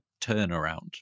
turnaround